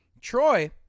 Troy